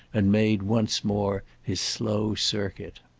and made once more, his slow circuit.